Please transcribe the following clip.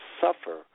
suffer